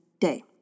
day